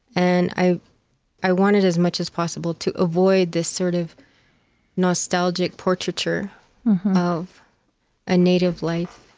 and i i wanted as much as possible to avoid this sort of nostalgic portraiture of a native life,